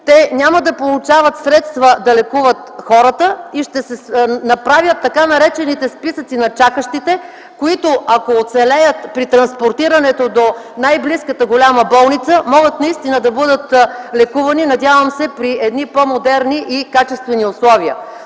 те няма да получават средства да лекуват хората и ще направят така наречените списъци на чакащите, които, ако оцелеят при транспортирането до най-близката голяма болница, могат наистина да бъдат лекувани, надявам се, при едни по-модерни и качествени условия.